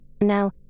Now